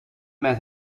met